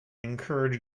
encourage